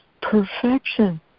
perfection